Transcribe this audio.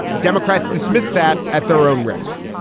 and democrats dismiss that at their own risk.